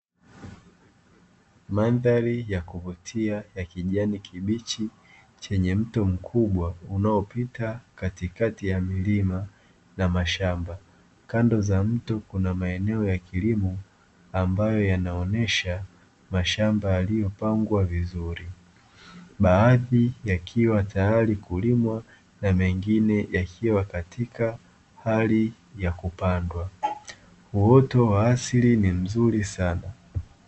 Mandhari ya kuvutia cha kijani kibichi unaopita kwenye mto mkubwa katikati ya milima na mashamba kando za mto kuna maeneo ya kilimo, ambayo yanaonesha mashamba yaliyopangwa vizuri. Baadhi yakiwa tayari kulimwa na mengine yakiwa katika hali ya kupanda uoto wa asili ni mzuri sana.